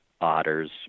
otters